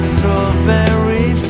Strawberry